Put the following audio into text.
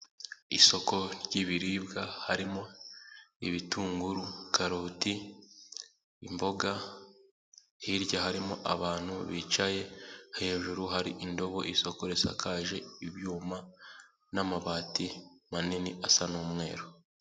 Isoko ry'ibiribwa harimo ibitunguru, karoti, imboga hirya harimo abantu bicaye hejuru hari indobo, isoko risakaje ibyuma n'amabati manini asa n'umweru.